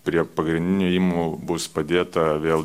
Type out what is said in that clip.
prie pagrindinių įėjimų bus padėta vėl